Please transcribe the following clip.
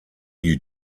you